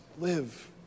live